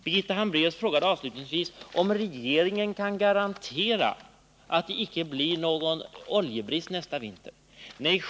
Birgitta Hambraeus frågade om regeringen kan garantera att det icke blir någon oljebrist nästa vinter.